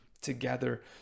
together